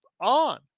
on